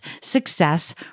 success